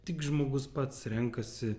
tik žmogus pats renkasi